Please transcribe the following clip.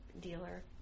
dealer